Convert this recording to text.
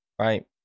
right